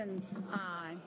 and i